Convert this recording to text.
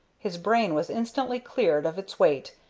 his brain was instantly cleared of its weight,